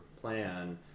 plan